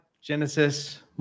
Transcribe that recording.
Genesis